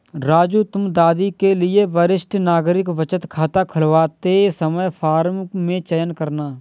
राजू तुम दादी के लिए वरिष्ठ नागरिक बचत खाता खुलवाते समय फॉर्म में चयन करना